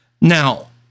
Now